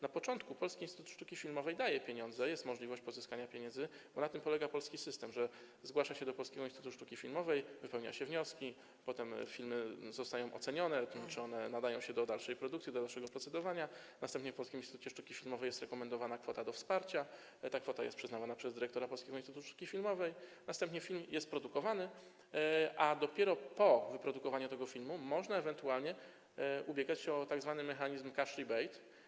Na początku Polski Instytut Sztuki Filmowej daje pieniądze, jest możliwość pozyskania pieniędzy, bo na tym polega polski system, że ktoś zgłasza się do Polskiego Instytutu Sztuki Filmowej, wypełnia wnioski, potem filmy zostają ocenione, czy one nadają się do dalszej produkcji, do dalszego procedowania, następnie w Polskim Instytucie Sztuki Filmowej jest rekomendowana kwota do wsparcia i ta kwota jest przyznawana przez dyrektora Polskiego Instytutu Sztuki Filmowej, następnie film jest produkowany, a dopiero po wyprodukowaniu tego filmu można ewentualnie ubiegać się o tzw. mechanizm cash rebate.